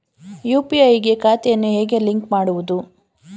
UPI ಗೆ ಖಾತೆಯನ್ನು ಹೇಗೆ ಲಿಂಕ್ ಮಾಡುವುದು?